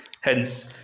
Hence